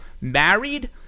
Married